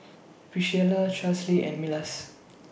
Pricilla Charlsie and Milas